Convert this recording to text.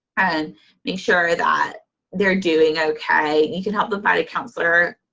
and make sure that they're doing okay. you can help them find a counselor.